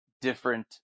different